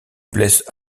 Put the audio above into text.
blesse